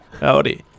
howdy